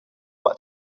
what